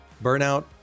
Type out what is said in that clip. Burnout